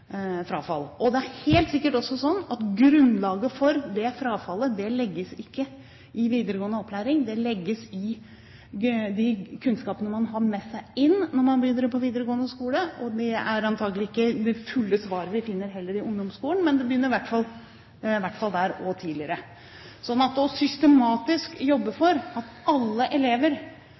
frafall enn de jentedominerte linjene. Yrkesfagene har et betydelig høyere frafall. Det er også helt sikkert at grunnlaget for det frafallet ikke legges i videregående opplæring. Det legges i de kunnskapene man har med seg når man begynner på videregående skole. Det fulle svaret finner vi antakelig heller ikke i ungdomsskolen, men det begynner i hvert fall der og tidligere. Så det å jobbe systematisk for at alle elever